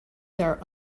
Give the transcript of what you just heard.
their